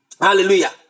Hallelujah